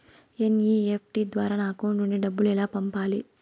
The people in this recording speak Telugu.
ఎన్.ఇ.ఎఫ్.టి ద్వారా నా అకౌంట్ నుండి డబ్బులు ఎలా పంపాలి